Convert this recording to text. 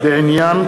דב חנין,